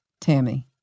Tammy